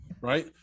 right